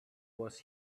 was